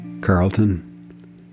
Carlton